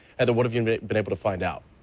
heather, what have you been able to find out?